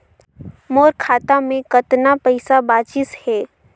मोर खाता मे कतना पइसा बाचिस हे?